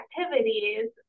activities